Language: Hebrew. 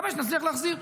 נקווה שנצליח להחזיר.